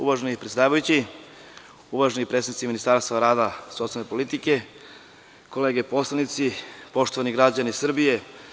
Uvaženi predsedavajući, uvaženi predstavnici Ministarstva rada, socijalne politike, kolege poslanici, poštovani građani Srbije.